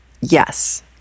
yes